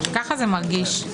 כך זה מרגיש.